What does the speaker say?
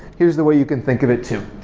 here's the way you can think of it too.